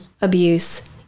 abuse